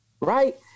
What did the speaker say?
Right